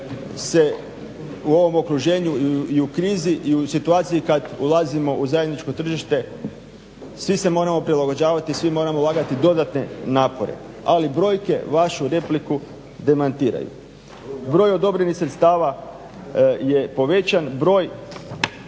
se u ovom okruženju i u krizi i u situaciji kad ulazimo u zajedničko tržište svi se moramo prilagođavati, svi moramo ulagati dodatne napore ali brojke vašu repliku demantiraju. Broj odobrenih sredstava je povećan, broj